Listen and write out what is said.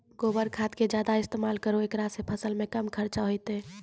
गोबर खाद के ज्यादा इस्तेमाल करौ ऐकरा से फसल मे कम खर्च होईतै?